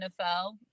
NFL